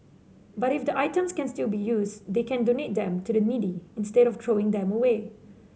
but if the items can still be used they can donate them to the needy instead of throwing them away